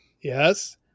yes